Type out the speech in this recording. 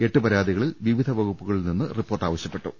എട്ട് പരാതികളിൽ വിവിധ വകുപ്പുകളിൽ നിന്ന് റിപ്പോർട്ട് ആവശ്യപ്പെട്ടു